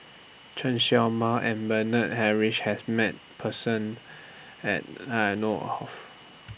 Chen Show Mao and Bernard Harrison has Met Person At I know of